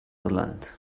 irland